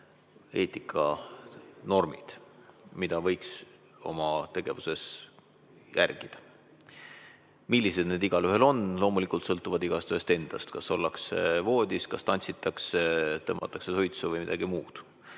eetikanormid, mida võiks oma tegevuses järgida. Millised need igaühel on, loomulikult sõltuvad igaühest endast, kas ollakse voodis, kas tantsitakse, tõmmatakse suitsu või tehakse midagi muud.